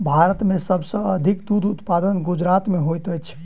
भारत में सब सॅ अधिक दूध उत्पादन गुजरात में होइत अछि